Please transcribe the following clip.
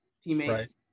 teammates